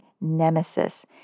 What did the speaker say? nemesis